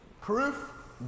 Proof